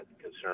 concern